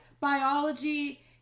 biology